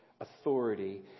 authority